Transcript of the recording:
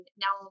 now